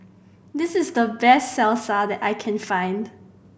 this is the best Salsa that I can find